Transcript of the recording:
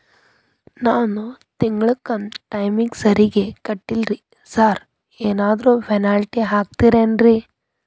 ನಾನು ತಿಂಗ್ಳ ಕಂತ್ ಟೈಮಿಗ್ ಸರಿಗೆ ಕಟ್ಟಿಲ್ರಿ ಸಾರ್ ಏನಾದ್ರು ಪೆನಾಲ್ಟಿ ಹಾಕ್ತಿರೆನ್ರಿ?